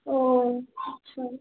ও আচ্ছা